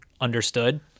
understood